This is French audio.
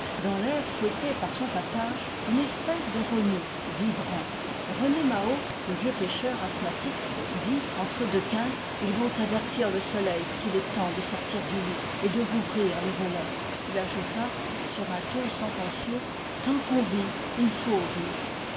dans l'air fouetté par son passage une espèce de remous vibrant rené maho le vieux pêcheur asthmatique dit entre deux quintes ils vont avertir le soleil qu'il est temps de sortir du lit et de rouvrir les volets il ajouta sur un ton sentencieux tant qu'on vit il faut vivre